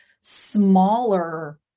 smaller